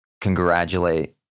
congratulate